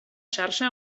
xarxa